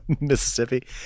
Mississippi